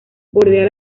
bordea